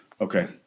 Okay